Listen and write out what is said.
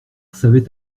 savait